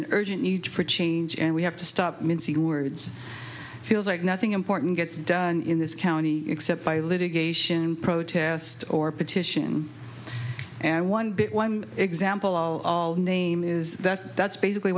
an urgent need for change and we have to stop mincing words feels like nothing important gets done in this county except by litigation protest or petition and one big one example all name is that that's basically